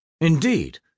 Indeed